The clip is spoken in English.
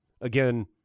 again